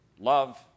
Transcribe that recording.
love